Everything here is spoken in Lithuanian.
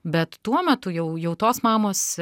bet tuo metu jau jau tos mamos